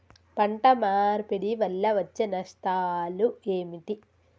పంట మార్పిడి వల్ల వచ్చే నష్టాలు ఏమిటి?